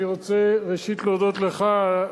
אני רוצה להודות לך,